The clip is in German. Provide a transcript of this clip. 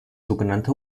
sogenannte